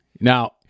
Now –